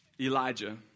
Elijah